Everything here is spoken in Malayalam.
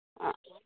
ആ